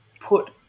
put